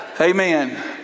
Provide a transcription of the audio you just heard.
amen